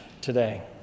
today